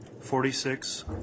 forty-six